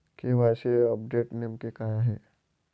KYC update नेमके काय आहे?